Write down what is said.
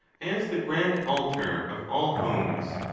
as the grand altar of all homes.